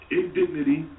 indignity